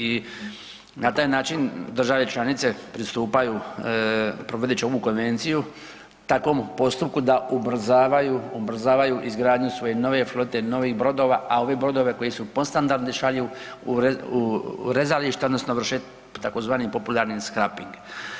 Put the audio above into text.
I na taj način države članice pristupaju, provodeći ovu konvenciju takvom postupku da ubrzavaju, ubrzavaju izgradnju svoje nove flote, novih brodova, a ove brodove koji su podstandardni šalju u rezališta odnosno vrše tzv. popularni scraping.